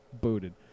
booted